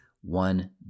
one